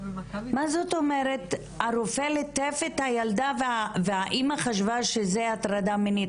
מה זאת אומרת 'הרופא ליטף את הילדה והאמא חשבה שזה הטרדה מינית'?